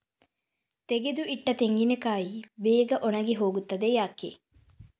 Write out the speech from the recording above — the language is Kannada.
ತೆಗೆದು ಇಟ್ಟ ತೆಂಗಿನಕಾಯಿ ಬೇಗ ಒಣಗಿ ಹೋಗುತ್ತದೆ ಯಾಕೆ?